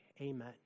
amen